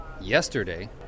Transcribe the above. yesterday